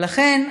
לכן,